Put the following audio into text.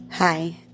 Hi